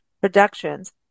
productions